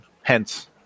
Hence